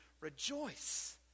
rejoice